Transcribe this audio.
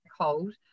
cold